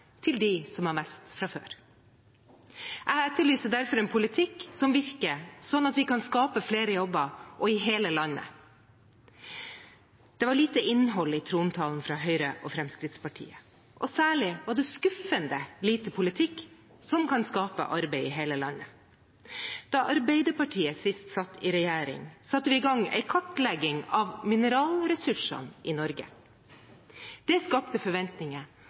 til dem som har mest fra før. Jeg etterlyser derfor en politikk som virker, slik at vi kan skape flere jobber og i hele landet. Det var lite innhold i trontalen fra Høyre og Fremskrittspartiet. Særlig var det skuffende lite politikk som kan skape arbeid i hele landet. Da Arbeiderpartiet sist satt i regjering, satte vi i gang en kartlegging av mineralressursene i Norge. Det skapte forventninger,